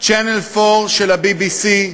Channel 4 של ה-BBC,